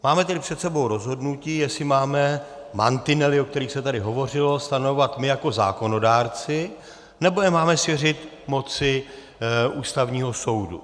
Máme tady před sebou rozhodnutí, jestli máme mantinely, o kterých se tady hovořilo, stanovovat my jako zákonodárci, nebo je máme svěřit moci Ústavního soudu.